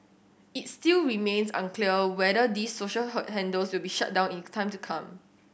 it still remains unclear whether these social hold handles will be shut down in time to come